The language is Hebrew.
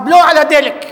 הבלו על הדלק.